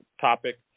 topic